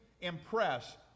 impress